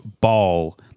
ball